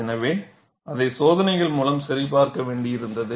எனவே அதை சோதனைகள் மூலம் சரிபார்க்க வேண்டியிருந்தது